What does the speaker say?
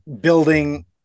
building